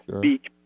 beach